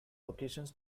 occasions